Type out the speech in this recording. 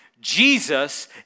Jesus